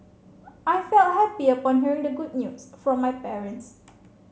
I felt happy upon hearing the good news from my parents